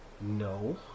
No